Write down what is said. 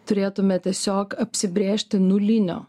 turėtume tiesiog apsibrėžti nulinio